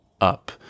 up